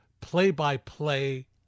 play-by-play